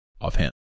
Offhand